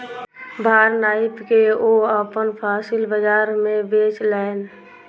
भार नाइप के ओ अपन फसिल बजार में बेचलैन